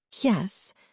Yes